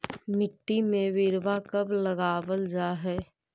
मिट्टी में बिरवा कब लगावल जा हई?